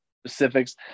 specifics